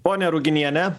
ponia ruginiene